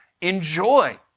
enjoy